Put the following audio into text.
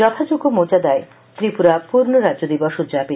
যথাযোগ্য মর্যাদায় ত্রিপুরা পূর্ণরাজ্য দিবস উদযাপিত